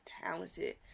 talented